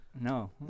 No